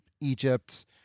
Egypt